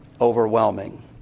overwhelming